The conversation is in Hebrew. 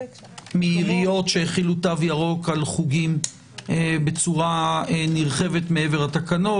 מעיריות שהחילו תו ירוק על חוגים בצורה נרחבת מעבר לתקנות.